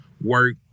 work